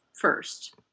first